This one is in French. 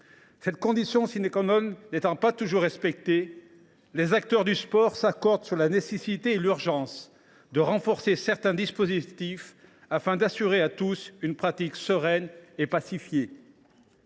Ce postulat fondamental n’étant pas toujours respecté, les acteurs du sport s’accordent sur la nécessité et l’urgence de renforcer certains dispositifs, afin d’assurer à tous une pratique sereine et pacifiée.